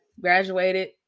graduated